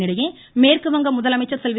இதனிடையே மேற்குவங்க முதலமைச்சர் செல்வி